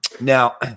Now